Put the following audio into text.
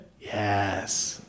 Yes